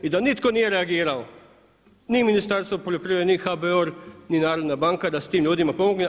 I da nitko nije reagirao, ni Ministarstvo poljoprivrede ni HBOR ni Narodna banka da se tim ljudima pomogne.